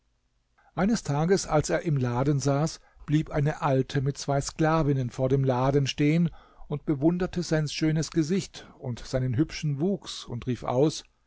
eines tages als er im laden saß blieb eine alte mit zwei sklavinnen vor dem laden stehen und bewunderte sein schönes gesicht und seinen hübschen wuchs und rief aus